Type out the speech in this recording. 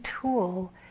tool